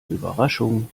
überraschung